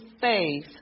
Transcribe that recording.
faith